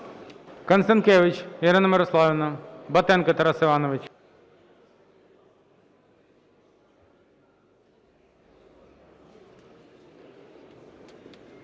Констанкевич Ірина Мирославівна. Батенко Тарас Іванович.